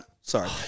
Sorry